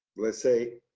let's say,